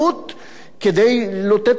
כדי לתת לנו את הכסף.